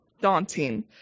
daunting